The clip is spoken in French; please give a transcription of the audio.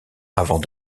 avant